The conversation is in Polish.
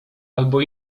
albo